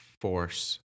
force